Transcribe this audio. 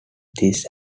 this